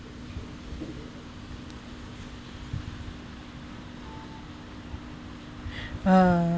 uh